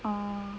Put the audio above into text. orh